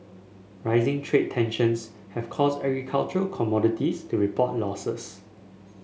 rising trade tensions have caused agricultural commodities to report losses